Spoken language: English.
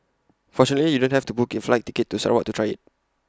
fortunately you don't have to book A flight ticket to Sarawak to try IT